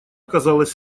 казалась